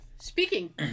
Speaking